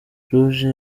ruje